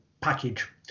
package